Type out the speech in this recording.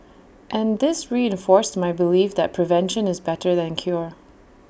and this reinforced my belief that prevention is better than cure